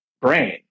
brain